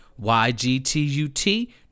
YGTUT